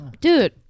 Dude